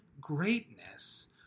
greatness